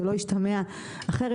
שלא ישתמע אחרת,